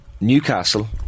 Newcastle